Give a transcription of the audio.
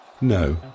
No